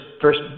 first